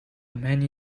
many